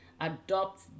adopt